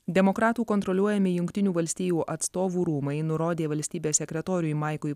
demokratų kontroliuojami jungtinių valstijų atstovų rūmai nurodė valstybės sekretoriui maikui